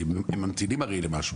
הם ממתינים הרי למשהו.